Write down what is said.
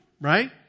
right